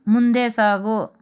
ಮುಂದೆ ಸಾಗು